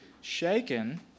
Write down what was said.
shaken